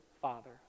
father